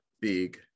big